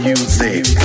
Music